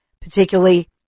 particularly